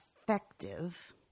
effective